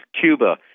Cuba